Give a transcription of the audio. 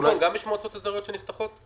בצפון יש מועצות אזוריות שנפתחות?